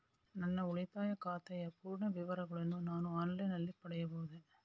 ನನ್ನ ಉಳಿತಾಯ ಖಾತೆಯ ಪೂರ್ಣ ವಿವರಗಳನ್ನು ನಾನು ಆನ್ಲೈನ್ ನಲ್ಲಿ ಪಡೆಯಬಹುದೇ?